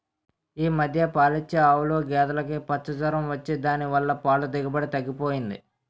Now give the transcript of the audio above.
ఈ మధ్య పాలిచ్చే ఆవులు, గేదులుకి పచ్చ జొరం వచ్చి దాని వల్ల పాల దిగుబడి తగ్గిపోయింది